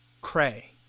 Cray